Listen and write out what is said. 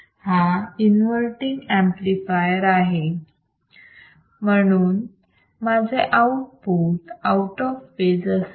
हा inverting amplifier आहे म्हणून माझे output 180 degree out of phase असेल